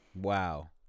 Wow